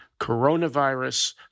coronavirus